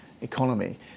economy